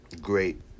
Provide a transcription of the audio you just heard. great